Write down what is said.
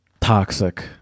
toxic